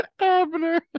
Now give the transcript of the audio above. Abner